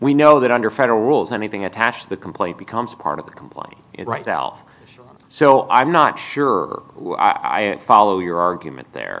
we know that under federal rules anything attached to the complaint becomes part of the complaint right well so i'm not sure i follow your argument there